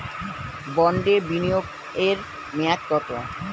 বন্ডে বিনিয়োগ এর মেয়াদ কত?